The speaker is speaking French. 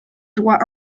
droit